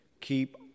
Keep